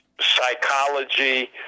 psychology